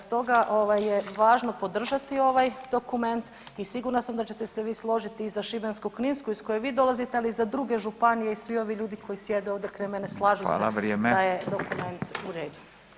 Stoga ovaj je važno podržati ovaj dokument i sigurna sam da ćete se vi složiti i za Šibensko-kninsku iz koje vi dolazite, ali i za druge županije i svi ovi ljudi koji sjede ovdje kraj mene slažu se [[Upadica: Fala, vrijeme]] da je dokument u redu.